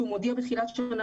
שעליו הוא מודיע בתחילת השנה,